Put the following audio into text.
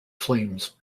flames